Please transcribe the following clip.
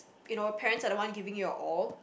you know parents are the one giving your all